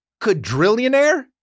quadrillionaire